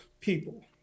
people